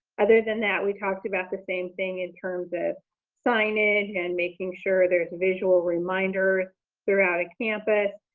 other than that, we talked about the same thing in terms of signage and making sure there's visual reminders throughout a campus.